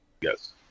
Yes